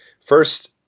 First